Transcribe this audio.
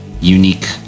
unique